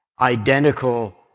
identical